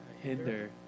Hinder